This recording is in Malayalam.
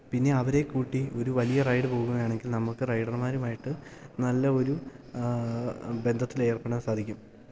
പിന്നെ അവരേക്കൂട്ടി ഒരു വലിയ റൈഡ് പോവുകയാണെങ്കിൽ നമുക്ക് റൈഡർമാരുമായിട്ട് നല്ല ഒരു ബന്ധത്തിലേർപ്പെടാൻ സാധിക്കും